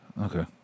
Okay